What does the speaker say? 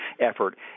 effort